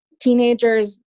Teenagers